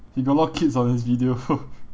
he got a lot of kids on his video